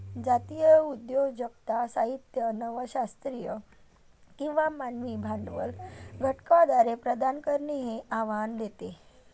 जातीय उद्योजकता साहित्य नव शास्त्रीय किंवा मानवी भांडवल घटकांद्वारे प्रदान करणे हे आव्हान देते